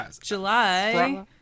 July